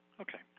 Okay